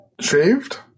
shaved